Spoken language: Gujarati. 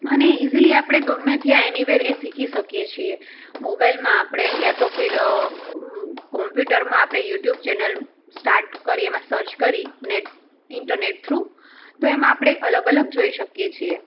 અને ઇઝીલી આપણે ગમે ત્યાં એનીવેર શીખી શકીએ છીએ મોબાઈલમાં આપણે યા તો ફીર કમ્પ્યુટરમાં આપણે યુટ્યુબ ચેનલ સ્ટાર્ટ કરી એમાં સર્ચ કરી નેટ ઈન્ટરનેટ થ્રૂ તો એમાં આપડે અલગ અલગ જોઈ શકીએ છીએ